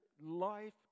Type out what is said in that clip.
life